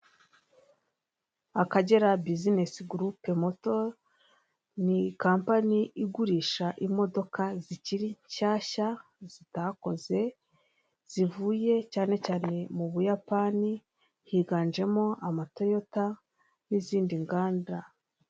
Akagera bizinesi gurupe moto, ni kampani igurisha imodoka zikiri nshyashya zitakoze, zivuye cyane cyane mu Buyapani, higanjemo amatoyota n'izindi nganda.